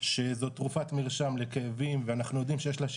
שזו תרופת מרשם לכאבים ואנחנו יודעים שיש בה